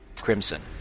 crimson